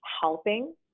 helping